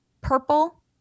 purple